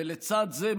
ולצד זה,